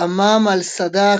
امام الصحافة